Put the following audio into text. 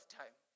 time